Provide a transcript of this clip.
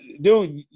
dude